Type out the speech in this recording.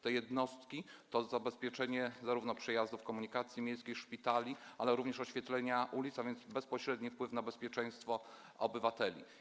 Te jednostki to zabezpieczenie zarówno przejazdów komunikacją miejską, szpitali, jak i oświetlenia ulic, a więc ma to bezpośredni wpływ na bezpieczeństwo obywateli.